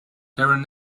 darren